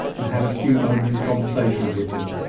and had a few moments' conversation with him,